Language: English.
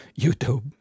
YouTube